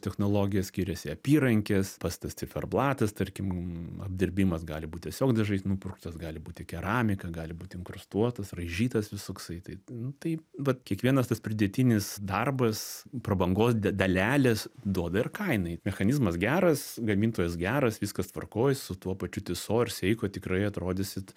technologijos skiriasi apyrankės pats tas ciferblatas tarkim apdirbimas gali būt tiesiog dažais nupurkštas gali būti keramika gali būti inkrustuotas raižytas visoksai tai nu tai vat kiekvienas tas pridėtinis darbas prabangos dalelės duoda ir kainai mechanizmas geras gamintojas geras viskas tvarkoj su tuo pačiu tiso ir seiko tikrai atrodysit